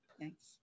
Thanks